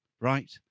right